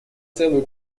целую